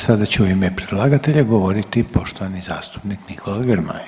Sada će u ime predlagatelja govoriti poštovani zastupnik Nikola Grmoja.